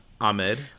Ahmed